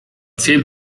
zehn